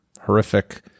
horrific